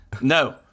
no